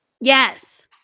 yes